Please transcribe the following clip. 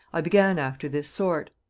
i began after this sort.